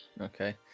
Okay